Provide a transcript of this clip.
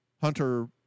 Hunter